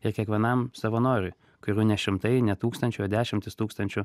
ir kiekvienam savanoriui kurių ne šimtai ne tūkstančiai o dešimtys tūkstančių